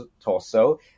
torso